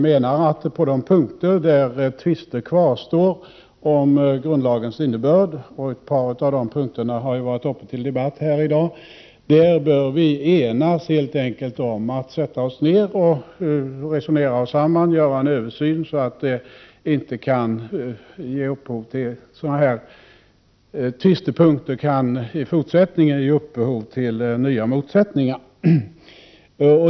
På de punkter där tvister kvarstår om grundlagens innebörd — ett par av de punkterna har varit uppe till debatt här i dag — bör partierna enas om att sätta sig ner, resonera sig samman och göra en översyn, så att sådana här tvistepunkter i fortsättningen inte kan ge upphov till nya motsättningar.